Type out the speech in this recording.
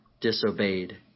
disobeyed